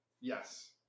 yes